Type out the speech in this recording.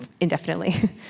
indefinitely